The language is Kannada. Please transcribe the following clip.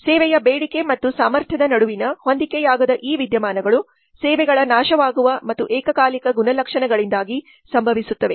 ಸೇವೆಯ ಬೇಡಿಕೆ ಮತ್ತು ಸಾಮರ್ಥ್ಯದ ನಡುವಿನ ಹೊಂದಿಕೆಯಾಗದ ಈ ವಿದ್ಯಮಾನಗಳು ಸೇವೆಗಳ ನಾಶವಾಗುವ ಮತ್ತು ಏಕಕಾಲಿಕ ಗುಣಲಕ್ಷಣಗಳಿಂದಾಗಿ ಸಂಭವಿಸುತ್ತವೆ